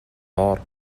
доор